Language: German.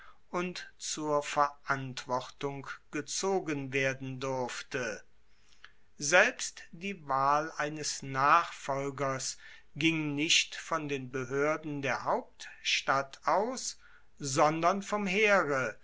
und zur verantwortung gezogen werden durfte selbst die wahl eines nachfolgers ging nicht von den behoerden der hauptstadt aus sondern vom heere